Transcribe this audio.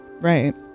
right